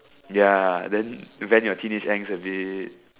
ya then vent your teenage angst a bit